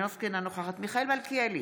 אינו נוכח ישראל כץ,